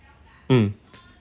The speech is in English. mm